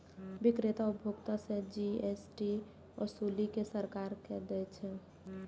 बिक्रेता उपभोक्ता सं जी.एस.टी ओसूलि कें सरकार कें दै छै